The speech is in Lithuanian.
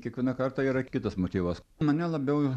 kiekvieną kartą yra kitas motyvas mane labiau